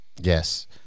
Yes